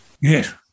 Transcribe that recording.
Yes